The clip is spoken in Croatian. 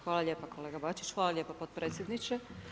Hvala lijepo kolega Bačić, hvala lijepo potpredsjedniče.